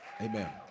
Amen